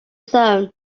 zone